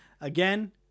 again